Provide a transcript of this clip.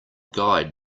guide